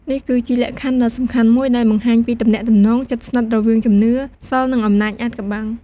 នេះគឺជាលក្ខខណ្ឌដ៏សំខាន់មួយដែលបង្ហាញពីទំនាក់ទំនងជិតស្និទ្ធរវាងជំនឿ សីល និងអំណាចអាថ៌កំបាំង។